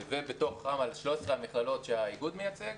ובתוכן על 13 המכללות שהאיגוד מייצג,